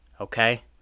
okay